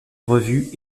revues